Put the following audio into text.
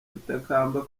gutakamba